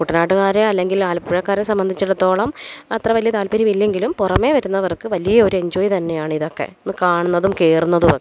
കുട്ടനാട്ടുകാരെ അല്ലെങ്കില് ആലപ്പുഴക്കാരെ സംബന്ധിച്ചടുത്തോളം അത്ര വലിയ താല്പര്യമില്ലെങ്കിലും പുറമേ വരുന്നവര്ക്ക് വലിയ ഒരു എന്ജോയ് തന്നെയാണ്തക്കെ ഒന്ന് കാണുന്നതും കയറുന്നതുമൊക്കെ